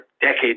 decades